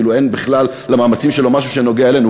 כאילו אין בכלל למאמצים שלו משהו שנוגע אלינו,